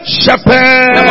shepherd